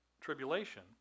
tribulation